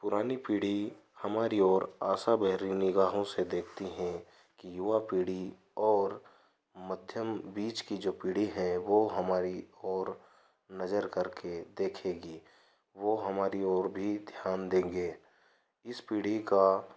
पुरानी पीढ़ी हमारी ओर आशा भरी निगाहों से देखती है कि युवा पीढ़ी और मध्यम बीच की पीढ़ी है वो हमारी ओर नजर करके देखेगी वो हमारी ओर भी ध्यान देंगे इस पीढ़ी का